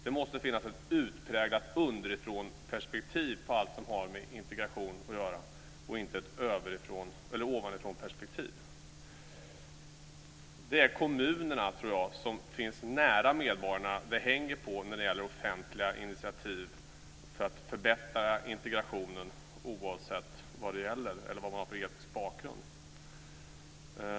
Det måste finnas ett utpräglat underifrånperspektiv på allt som har med integration att göra och inte ett ovanifrånperspektiv. Det är kommunerna, som finns nära medborgarna, det hänger på, tror jag, när det gäller offentliga initiativ för att förbättra integrationen, oavsett vad man har för etnisk bakgrund.